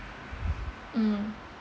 mm